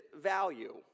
value